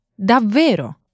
Davvero